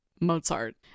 Mozart